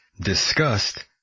discussed